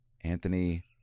Anthony